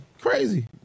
crazy